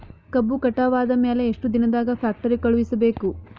ಕಬ್ಬು ಕಟಾವ ಆದ ಮ್ಯಾಲೆ ಎಷ್ಟು ದಿನದಾಗ ಫ್ಯಾಕ್ಟರಿ ಕಳುಹಿಸಬೇಕು?